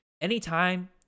Anytime